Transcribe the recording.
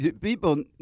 people